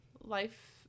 life